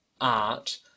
art